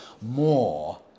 more